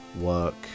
work